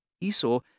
Esau